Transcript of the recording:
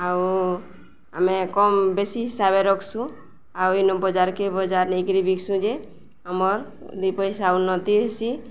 ଆଉ ଆମେ କମ୍ ବେଶୀ ହିସାବରେ ରଖସୁଁ ଆଉ ଏଇନ ବଜାରକେ ବଜାର ନେଇକିରି ବିକ୍ସୁଁ ଯେ ଆମର୍ ଦି ପଇସା ଉନ୍ନତି ହେସି